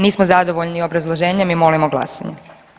Nismo zadovoljni obrazloženjem i molimo glasanje.